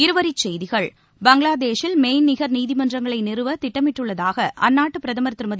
இருவரிச் செய்திகள் பங்களாதேஷில் மெய்நிகர் நீதிமன்றங்களை நிறுவ திட்டமிட்டுள்ளதாக அந்நாட்டு பிரதமர் திருமதி